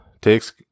Takes